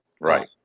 right